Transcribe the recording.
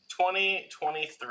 2023